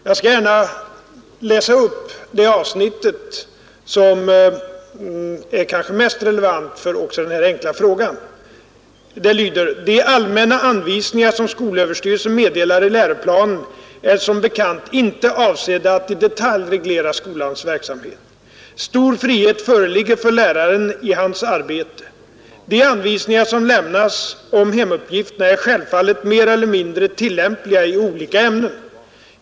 Jag skall gärna läsa upp det avsnitt som är mest relevant också för denna enkla fråga: ”De allmänna anvisningar som skolöverstyrelsen meddelar i läroplanen är som bekant inte avsedda att i detalj reglera skolans verksamhet. Stor frihet föreligger för läraren i hans arbete. De anvisningar som lämnas om hemuppgifterna är självfallet mer eller mindre tillämpliga i olika ämnen.